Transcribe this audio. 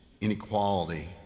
inequality